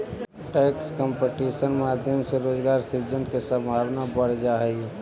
tax competition के माध्यम से रोजगार सृजन के संभावना बढ़ जा हई